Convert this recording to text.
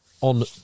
on